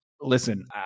listen